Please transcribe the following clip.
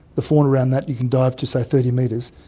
the fauna around that, you can dive to say thirty metres,